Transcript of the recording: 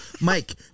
Mike